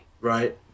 Right